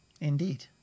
Indeed